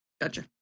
gotcha